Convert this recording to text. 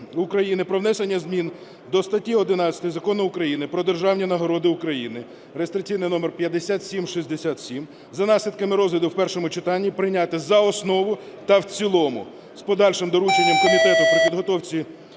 про внесення зміни до статті 11 Закону України "Про державні нагороди України" (реєстраційний номер 5767) за наслідками розгляду в першому читанні прийняти за основу та в цілому з подальшим дорученням комітету при підготовці